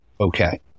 okay